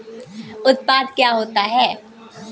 उत्पाद क्या होता है?